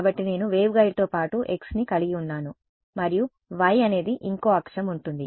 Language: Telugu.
కాబట్టి నేను వేవ్గైడ్తో పాటు xని కలిగి ఉన్నాను మరియు y అనేది ఇంకో అక్షం ఉంటుంది